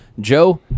Joe